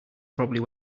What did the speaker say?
probably